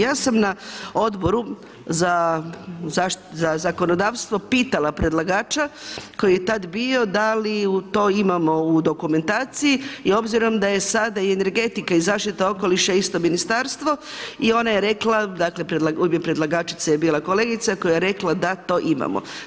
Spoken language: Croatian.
Ja sam na odboru za zakonodavstvo pitala predlagača koji je tada bio, da li to imamo u dokumentaciji i obzirom da je sada i energetika i zaštita okoliša isto ministarstvo i ona je rekla, dakle u ime predlagačice je bila kolegica koja je rekla da to imamo.